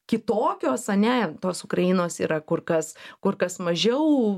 kitokios ane tos ukrainos yra kur kas kur kas mažiau